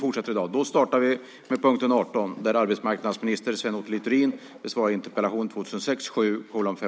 Herr talman!